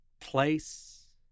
place